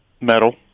Metal